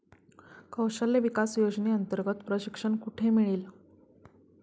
कौशल्य विकास योजनेअंतर्गत प्रशिक्षण कुठे मिळेल?